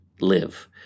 live